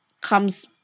comes